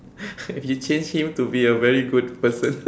if you change him to be a very good person